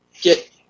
get